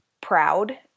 proud